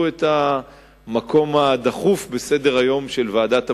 את המקום הדחוף בסדר-היום של ועדת הפנים,